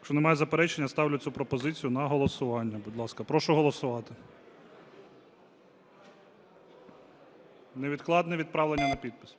Якщо немає заперечень, я ставлю цю пропозицію на голосування, будь ласка. Прошу голосувати. Невідкладне відправлення на підпис.